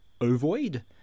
ovoid